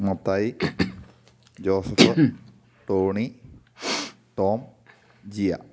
Mathai Joseph Tony Tom Jiya